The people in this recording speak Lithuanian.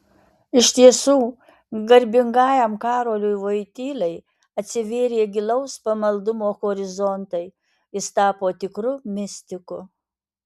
iš tiesų garbingajam karoliui vojtylai atsivėrė gilaus pamaldumo horizontai jis tapo tikru mistiku